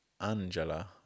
angela